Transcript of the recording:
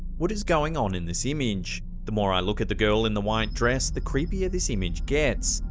what is going on in this image? the more i look at the girl in the white dress, the creepier this image gets.